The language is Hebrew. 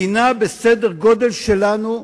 מדינה בסדר-גודל שלנו,